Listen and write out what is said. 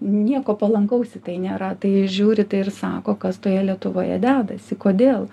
nieko palankaus į tai nėra tai žiūri tai ir sako kas toje lietuvoje dedasi kodėl